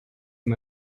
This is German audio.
dem